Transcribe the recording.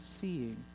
seeing